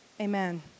Amen